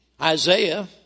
Isaiah